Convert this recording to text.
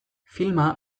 filma